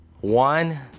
One